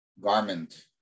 garment